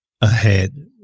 ahead